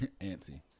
antsy